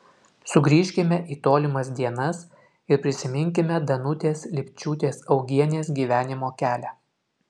sugrįžkime į tolimas dienas ir prisiminkime danutės lipčiūtės augienės gyvenimo kelią